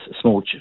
small